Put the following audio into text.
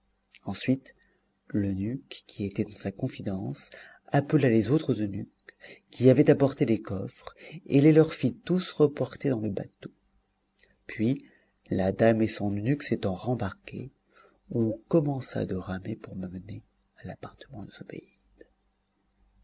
ensuite l'eunuque qui était dans sa confidence appela les autres eunuques qui avaient apporté les coffres et les leur fit tous reporter dans le bateau puis la dame et son eunuque s'étant rembarqués on commença de ramer pour me mener à l'appartement de zobéide